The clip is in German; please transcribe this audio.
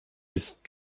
ist